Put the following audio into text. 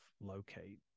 locate